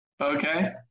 Okay